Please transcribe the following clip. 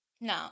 No